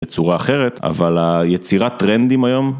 בצורה אחרת אבל היצירה טרנדים היום.